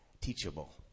teachable